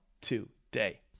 today